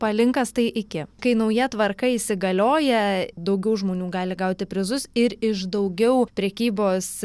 palinkas tai iki kai nauja tvarka įsigalioja daugiau žmonių gali gauti prizus ir iš daugiau prekybos